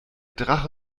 drache